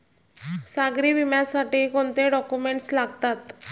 सागरी विम्यासाठी कोणते डॉक्युमेंट्स लागतात?